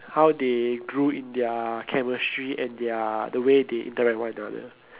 how they grew in their chemistry and their the way they interact with one another